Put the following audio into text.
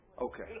Okay